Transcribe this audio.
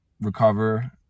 recover